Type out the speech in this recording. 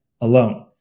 alone